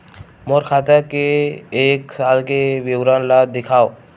मोर खाता के एक साल के विवरण ल दिखाव?